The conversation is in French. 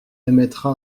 émettra